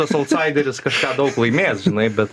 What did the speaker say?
tas autsaideris kažką daug laimės žinai bet